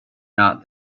not